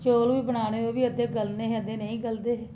खाल्ली